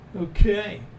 Okay